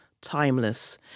timeless